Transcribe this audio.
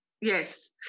Yes